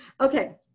Okay